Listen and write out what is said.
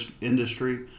industry